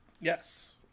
Yes